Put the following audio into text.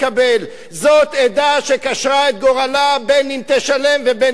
זו עדה שקשרה את גורלה בין שתשלם ובין שלא תשלם,